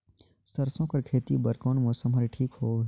सरसो कर खेती बर कोन मौसम हर ठीक होथे ग?